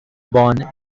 born